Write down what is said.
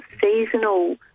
seasonal